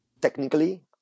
technically